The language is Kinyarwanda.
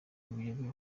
ubuyobe